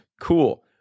Cool